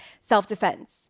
self-defense